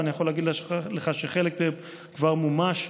ואני יכול להגיד לך שחלק מהן כבר מומש,